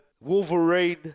Wolverine